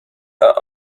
are